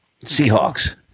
Seahawks